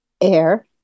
air